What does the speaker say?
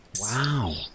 Wow